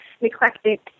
eclectic